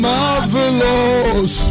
Marvelous